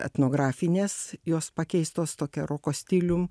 etnografinės jos pakeistos tokia roko stilium